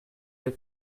les